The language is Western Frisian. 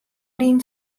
dyn